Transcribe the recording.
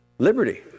Liberty